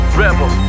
rebel